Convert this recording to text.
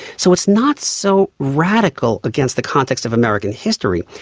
so it's not so radical against the context of american history.